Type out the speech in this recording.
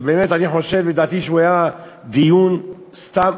ובאמת אני חושב, לדעתי זה סתם דיון ארוך